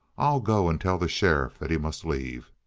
i'll go and tell the sheriff that he must leave!